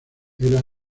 era